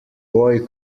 boy